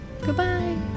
Goodbye